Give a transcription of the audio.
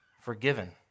forgiven